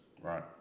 Right